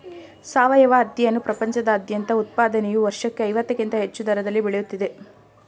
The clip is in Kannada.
ಸಾವಯವ ಹತ್ತಿಯನ್ನು ಪ್ರಪಂಚದಾದ್ಯಂತ ಉತ್ಪಾದನೆಯು ವರ್ಷಕ್ಕೆ ಐವತ್ತಕ್ಕಿಂತ ಹೆಚ್ಚು ದರದಲ್ಲಿ ಬೆಳೆಯುತ್ತಿದೆ